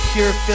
Pure